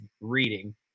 reading